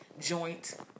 joint